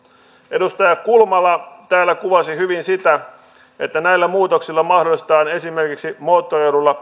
edustaja kulmala täällä kuvasi hyvin sitä että näillä muutoksilla mahdollistetaan esimerkiksi moottoroiduilla